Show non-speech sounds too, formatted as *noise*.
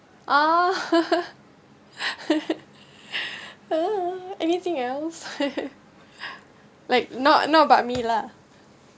oh *laughs* anything else *laughs* like not not about me lah